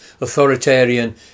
authoritarian